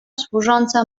służąca